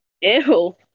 Ew